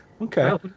okay